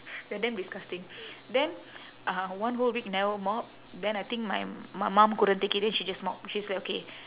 we are damn disgusting then uh one whole week never mop then I think my my mum couldn't take it then she just mop she's like okay